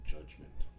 Judgment